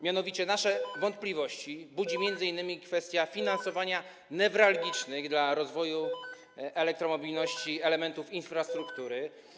Mianowicie nasze wątpliwości budzi m.in. kwestia finansowania newralgicznych dla rozwoju elektromobilności elementów infrastruktury.